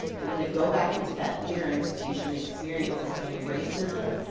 and then to go back into that theater institution, experience the same racism,